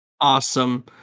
awesome